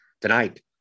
tonight